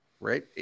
right